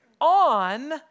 on